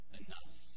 enough